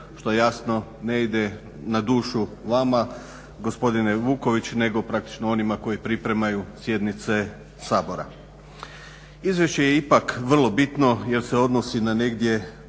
što jasno ne ide na dušu vama gospodine Vuković nego praktično onima koji pripremaju sjednice Sabora. Izvješće je ipak vrlo bitno jer se odnosi na negdje